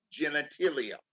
genitalia